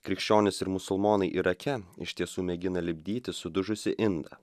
krikščionys ir musulmonai irake iš tiesų mėgina lipdyti sudužusį indą